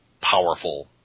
powerful